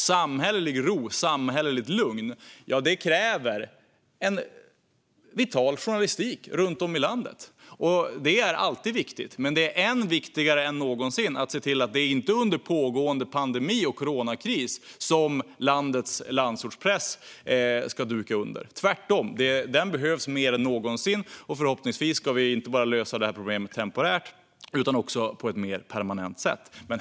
Samhällelig ro och samhälleligt lugn kräver en vital journalistik runt om i landet. Det är alltid viktigt att ha det. Men det är viktigare än någonsin att se till att det inte är under pågående pandemi och kris som landets landsortspress ska duka under. Den behövs tvärtom mer än någonsin, och förhoppningsvis ska vi lösa problemet inte bara temporärt utan också på ett mer permanent sätt.